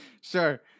sure